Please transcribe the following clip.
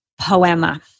poema